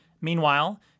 Meanwhile